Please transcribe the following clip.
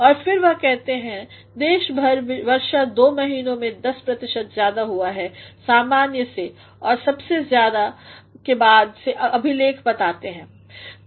और फिर वह कहते हैं देशभर वर्षा दो महीनों में १० प्रतिशत ज्यादा हुआ है सामान्य से और सबसे ज्यादा १९९४ के बाद से अभिलेख बताते हैं